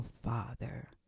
father